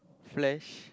flash